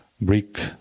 brick